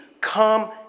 Come